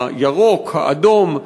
הירוק, האדום,